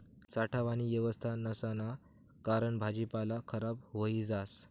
साठावानी येवस्था नसाना कारण भाजीपाला खराब व्हयी जास